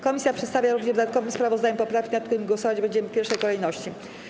Komisja przedstawia również w dodatkowym sprawozdaniu poprawki, nad którymi głosować będziemy w pierwszej kolejności.